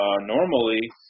normally